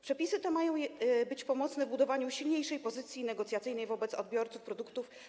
Przepisy te mają być pomocne w budowaniu silniejszej pozycji negocjacyjnej wobec odbiorców produktów.